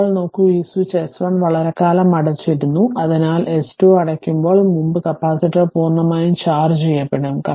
ഇപ്പോൾ നോക്കൂ ഈ സ്വിച്ച് S1 വളരെക്കാലം അടച്ചിരുന്നു അതിനാൽ S 2 അടയ്ക്കുന്നതിന് മുമ്പ് കപ്പാസിറ്റർ പൂർണ്ണമായും ചാർജ്ജ് ചെയ്യപ്പെടും